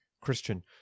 Christian